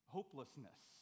Hopelessness